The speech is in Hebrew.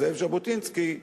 זאב ז'בוטינסקי,